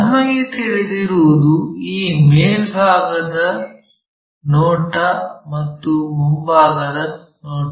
ನಮಗೆ ತಿಳಿದಿರುವುದು ಈ ಮೇಲ್ಭಾಗದ ನೋಟ ಮತ್ತು ಮುಂಭಾಗದ ನೋಟ